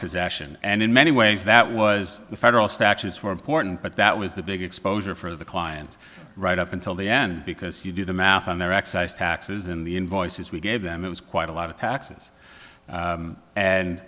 possession and in many ways that was the federal statutes were important but that was the big exposure for the clients right up until the end because you do the math on their excise taxes and the invoices we gave them it was quite a lot of taxes